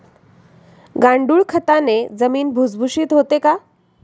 गांडूळ खताने जमीन भुसभुशीत होते का?